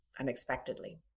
unexpectedly